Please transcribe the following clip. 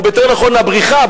או יותר נכון הבריחה,